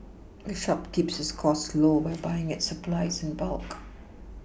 the shop keeps its costs low by buying its supplies in bulk